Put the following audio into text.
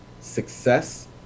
success